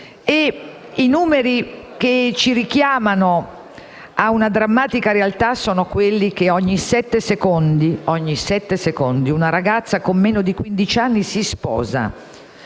I numeri che ci richiamano a una drammatica realtà sono quelli per cui ogni sette secondi una ragazza con meno di quindici anni si sposa;